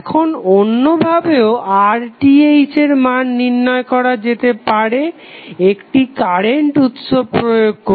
এখন অন্যভাবেও RTh এর মান নির্ণয় করা যেতে পারে একটি কারেন্ট উৎস প্রয়োগ করে